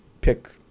pick